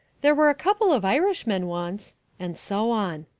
there were a couple of irishmen once and so on.